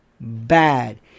bad